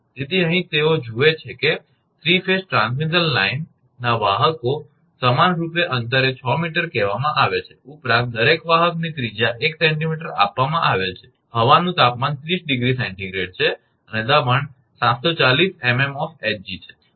તેથી અહીં તેઓ જુએ છે કે 3 ફેઝ ટ્રાન્સમિશન લાઇનના વાહકો એકીકૃતસમાનરૂપે અંતરે 6 𝑚 કહેવામાં આવે છે ઉપરાંત દરેક વાહકની ત્રિજ્યા 1 𝑐𝑚 આપવામાં આવેલ છે હવાનું તાપમાન 30 °𝐶 છે અને દબાણ 740 𝑚𝑚 𝑜𝑓 𝐻𝑔 છે